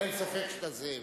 אין ספק שאתה זאב.